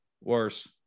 Worse